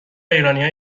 ایرانیا